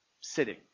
sitting